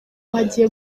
hagiye